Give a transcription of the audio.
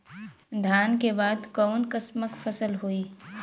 धान के बाद कऊन कसमक फसल होई?